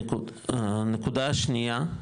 נקודה שנייה,